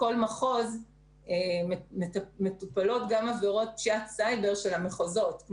בכל מחוז מטופלות גם עבירות פשיעת סייבר של המחוזות.